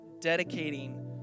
dedicating